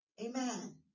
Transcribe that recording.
amen